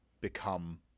become